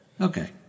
Okay